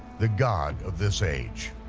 the god of this age.